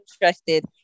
interested